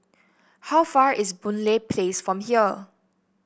how far is Boon Lay Place from here